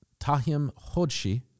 Tahim-Hodshi